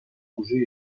cosir